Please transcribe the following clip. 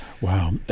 Wow